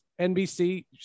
NBC